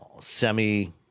semi